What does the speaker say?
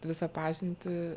visą pažintį